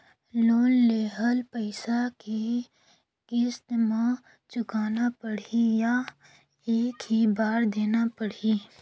Loan लेहल पइसा के किस्त म चुकाना पढ़ही या एक ही बार देना पढ़ही?